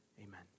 amen